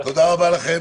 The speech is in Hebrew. תודה רבה לכם.